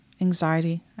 anxiety